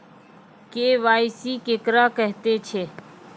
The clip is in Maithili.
के.वाई.सी केकरा कहैत छै?